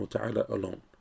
alone